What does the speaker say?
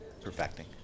perfecting